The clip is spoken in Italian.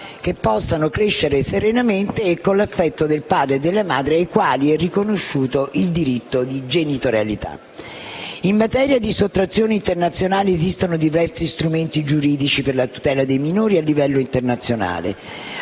che possano crescere serenamente e con l'affetto del padre e della madre ai quali è riconosciuto il diritto di genitorialità. In materia di sottrazioni internazionali esistono diversi strumenti giuridici per la tutela del minore a livello internazionale,